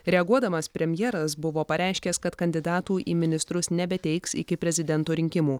reaguodamas premjeras buvo pareiškęs kad kandidatų į ministrus nebeteiks iki prezidento rinkimų